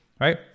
right